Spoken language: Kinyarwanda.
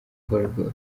volleyball